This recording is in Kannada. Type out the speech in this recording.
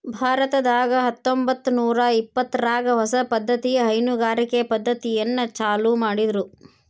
ಭಾರತದಾಗ ಹತ್ತಂಬತ್ತನೂರಾ ಇಪ್ಪತ್ತರಾಗ ಹೊಸ ಪದ್ದತಿಯ ಹೈನುಗಾರಿಕೆ ಪದ್ದತಿಯನ್ನ ಚಾಲೂ ಮಾಡಿದ್ರು